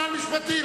משפטי.